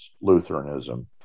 Lutheranism